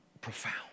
profound